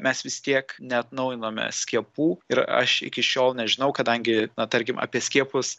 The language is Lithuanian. mes vis tiek neatnaujinome skiepų ir aš iki šiol nežinau kadangi na tarkim apie skiepus